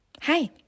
hi